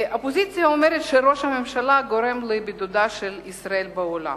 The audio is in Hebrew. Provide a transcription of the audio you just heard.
האופוזיציה אומרת שראש הממשלה גורם לבידודה של ישראל בעולם,